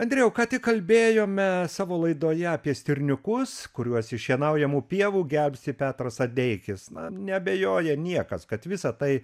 andriau ką tik kalbėjome savo laidoje apie stirniukus kuriuos iš šienaujamų pievų gelbsti petras adeikis na neabejoja niekas kad visa tai